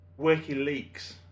WikiLeaks